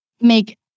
make